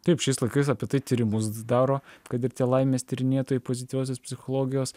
taip šiais laikais apie tai tyrimus daro kad ir tie laimės tyrinėtojai pozityviosios psichologijos